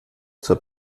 zur